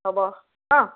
হ'ব ন